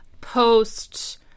post